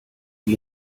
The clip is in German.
sie